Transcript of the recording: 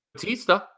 Batista